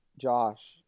Josh